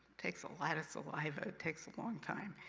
takes a lot of saliva. it takes a long time.